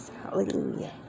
hallelujah